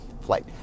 Flight